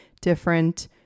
different